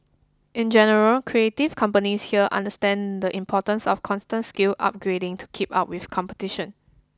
in general creative companies here understand the importance of constant skill upgrading to keep up with competition